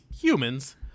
humans